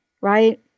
right